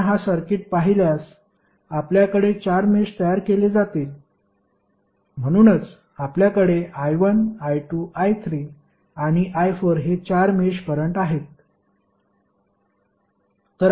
आपण हा सर्किट पाहिल्यास आपल्याकडे चार मेष तयार केले जातील म्हणूनच आपल्याकडे i1 i2 i3 आणि i4 हे चार मेष करंट आहेत